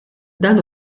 dan